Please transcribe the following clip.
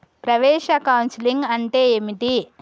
ప్రవేశ కౌన్సెలింగ్ అంటే ఏమిటి?